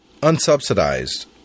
unsubsidized